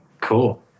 cool